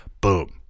boom